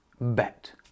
bet